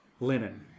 linen